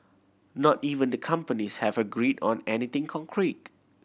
not even the companies have agreed on anything concrete